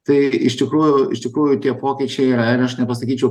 tai iš tikrųjų iš tikrųjų tie pokyčiai yra ir aš nepasakyčiau